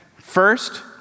first